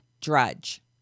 drudge